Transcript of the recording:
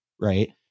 right